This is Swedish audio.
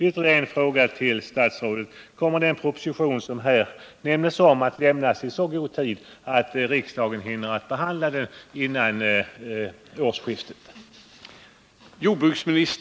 Ytterligare en fråga till statsrådet: Kommer den proposition som här nämndes att lämnas i så god tid att riksdagen hinner behandla den före årsskiftet?